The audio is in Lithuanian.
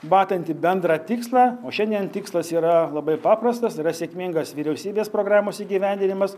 matanti bendrą tikslą o šiandien tikslas yra labai paprastas yra sėkmingas vyriausybės programos įgyvendinimas